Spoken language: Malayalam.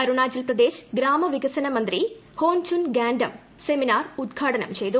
അരുണാചൽപ്രദേശ് ഗ്രാമ വികസന മന്ത്രി ഹോൻചുൻ ഗാൻഡം സെമിനാർ ഉദ്ഘാടനം ചെയ്തു